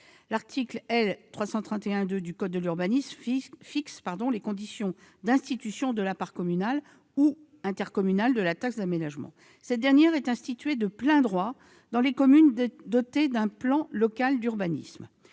L'article L. 331-2 du code de l'urbanisme fixe les conditions d'institution de la part communale ou intercommunale de la taxe d'aménagement. Cette dernière est instituée de plein droit dans les communes dotées d'un plan local d'urbanisme.